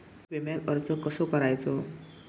विम्याक अर्ज कसो करायचो?